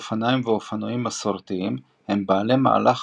אופניים ואופנועים מסורתיים הם בעלי מהלך